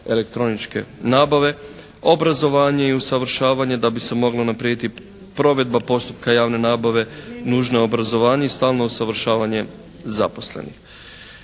elektroničke nabave, obrazovanje i usavršavanje da bi se moglo unaprijediti provedba postupka javne nabave nužno je obrazovanje i stalno usavršavanje zaposlenih.